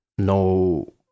No